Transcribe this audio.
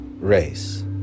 race